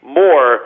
more